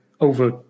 over